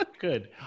Good